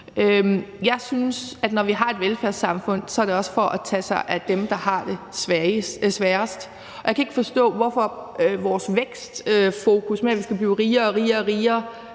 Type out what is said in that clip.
Jeg synes, at når vi har et velfærdssamfund, er det også for at tage sig af dem, der har det sværest, og jeg kan ikke forstå vores vækstfokus på, at vi skal blive rigere og rigere og rigere,